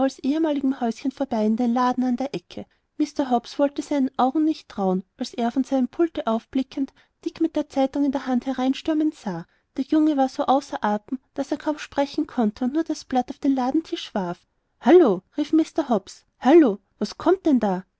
ehemaligem häuschen vorbei in den laden an der ecke mr hobbs wollte seinen augen nicht trauen als er von seinem pulte aufblickend dick mit der zeitung in der hand hereinstürmen sah der junge war so außer atem daß er kaum sprechen konnte und nur das blatt auf den ladentisch warf hallo rief mr hobbs hallo was kommt denn da